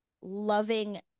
loving